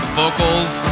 vocals